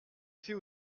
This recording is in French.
sait